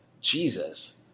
Jesus